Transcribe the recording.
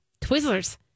Twizzlers